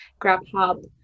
GrabHub